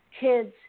kids